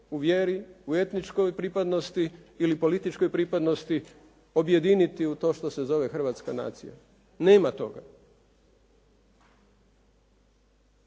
u vjeri, u etničkoj pripadnosti ili političkoj pripadnosti objediniti u to što se zove hrvatska nacija. Nema toga.